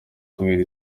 kubera